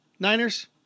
Niners